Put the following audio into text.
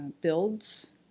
builds